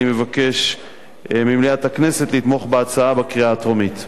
אני מבקש ממליאת הכנסת לתמוך בהצעה בקריאה הטרומית.